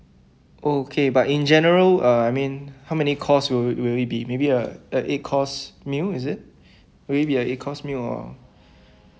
okay but in general uh I mean how many course will will it be maybe a a eight course meal is it will it be a eight course meal or